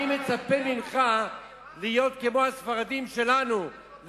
אני מצפה ממך להיות כמו הספרדים שלנו,